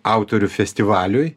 autorių festivaliui